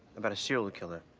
about a serial killer.